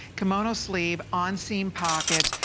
kimono sleeve on seam pockets.